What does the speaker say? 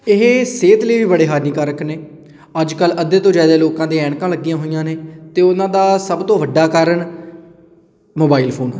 ਇਹ ਸਿਹਤ ਲਈ ਵੀ ਬੜੇ ਹਾਨੀਕਾਰਕ ਨੇ ਅੱਜ ਕੱਲ੍ਹ ਅੱਧੇ ਤੋਂ ਜ਼ਿਆਦਾ ਲੋਕਾਂ ਦੇ ਐਨਕਾਂ ਲੱਗੀਆਂ ਹੋਈਆਂ ਨੇ ਅਤੇ ਉਹਨਾਂ ਦਾ ਸਭ ਤੋਂ ਵੱਡਾ ਕਾਰਨ ਮੋਬਾਈਲ ਫੋਨ